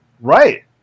Right